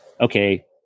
Okay